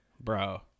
Bro